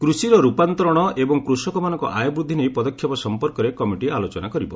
କୃଷିର ଚ୍ଚପାନ୍ତରଣ ଏବଂ କୃଷକମାନଙ୍କ ଆୟ ବୃଦ୍ଧି ନେଇ ପଦକ୍ଷେପ ସଂପର୍କରେ କମିଟି ଆଲୋଚନା କରିବ